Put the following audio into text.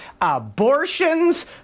Abortions